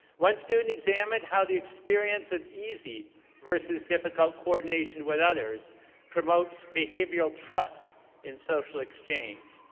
one student examined how the experience of easy versus difficult coordination with others promotes behavioral trust in social exchange.